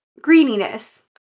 greeniness